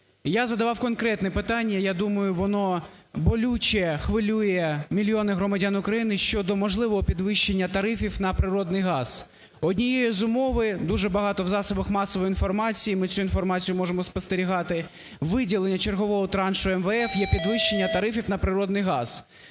Я задавав конкретне питання, і, я думаю, воно болюче, хвилює мільйони громадян України: щодо можливого підвищення тарифів на природний газ. Однією з умов - дуже багато в засобах масової інформації ми цю інформацію можемо спостерігати, - виділення чергового траншу МВФ є підвищення тарифів на природний газ,